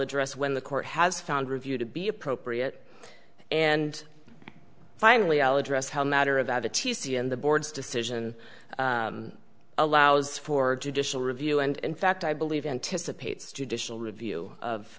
address when the court has found review to be appropriate and finally al address how matter of a t c and the board's decision allows for judicial review and in fact i believe anticipates judicial review of